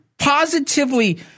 positively